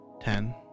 ten